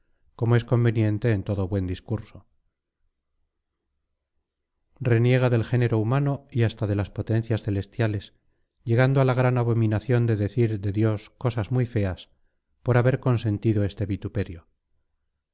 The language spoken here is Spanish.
como es conveniente en todo buen discurso reniega del género humano y hasta de las potencias celestiales llegando a la gran abominación de decir de dios cosas muy feas por haber consentido este vituperio